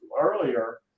earlier